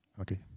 okay